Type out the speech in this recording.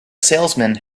salesman